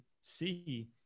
see